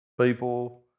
people